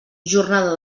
jornada